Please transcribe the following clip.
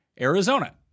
Arizona